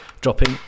dropping